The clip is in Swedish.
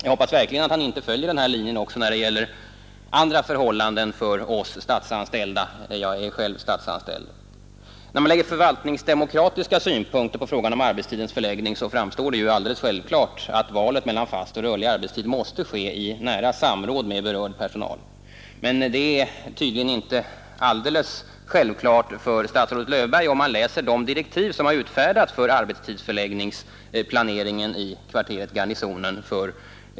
Jag hoppas verkligen att han inte följer den här linjen när det gäller andra förhållanden för oss statsanställda — jag är själv statsanställd. När man lägger förvaltningsdemokratiska synpunkter på frågan om arbetstidens förläggning, framstår det som alldeles självklart att valet mellan fast och rörlig arbetstid måste ske i nära samråd med berörd personal. Men det är tydligen inte alldeles självklart för statsrådet Löfberg; den uppfattningen får man om man läser de direktiv som för nästan exakt ett år sedan utfärdades för arbetstidsförläggningsplaneringen i kvarteret Garnisonen.